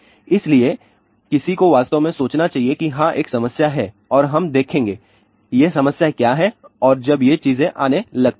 इसलिए किसी को वास्तव में सोचना चाहिए कि हाँ एक समस्या है और हम देखेंगे ये समस्याएँ क्या हैं और जब ये चीजें आने लगती हैं